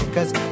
Cause